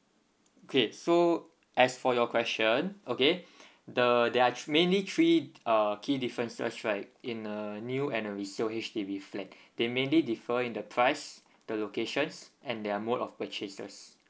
okay so as for your question okay the there are mainly three uh key differences right in a new and a resale H_D_B flat they mainly differ in the price the locations and their mode of purchases